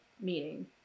meeting